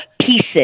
pieces